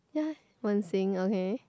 ya Wen-Xin okay